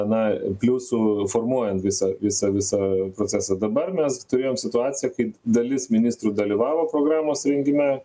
na pliusų formuojant visą visą visą procesą dabar mes turėjom situaciją kai dalis ministrų dalyvavo programos rengime